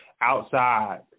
outside